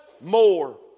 more